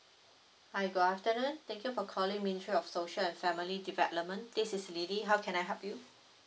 hi good afternoon thank you for calling ministry of social and family development this is lily how can I help you